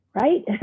right